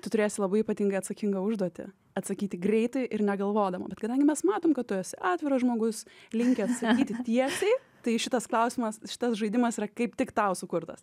tu turėsi labai ypatingai atsakingą užduotį atsakyti greitai ir negalvodama bet kadangi mes matom kad tu esi atviras žmogus linkęs sakyti tiesiai tai šitas klausimas šitas žaidimas yra kaip tik tau sukurtas